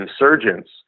Insurgents